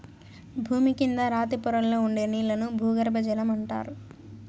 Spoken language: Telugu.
భూమి కింద రాతి పొరల్లో ఉండే నీళ్ళను భూగర్బజలం అంటారు